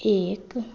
एक